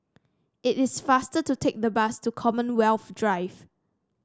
it is faster to take the bus to Commonwealth Drive